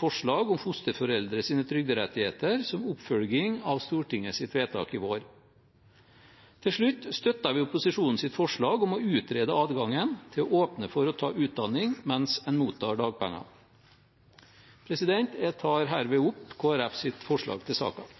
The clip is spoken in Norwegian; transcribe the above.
forslag om fosterforeldres trygderettigheter som oppfølging av Stortingets vedtak i vår. Til slutt støtter vi opposisjonens forslag om å utrede adgangen til å åpne for å ta utdanning mens en mottar dagpenger. Jeg tar herved opp Kristelig Folkepartis forslag til saken.